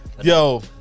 Yo